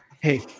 Hey